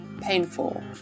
painful